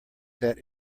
set